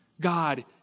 God